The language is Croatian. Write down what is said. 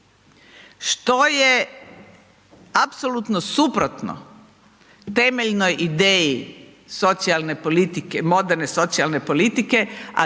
što je apsolutno suprotno temeljnoj ideji socijalne politike, moderne socijalne politike,